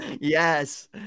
Yes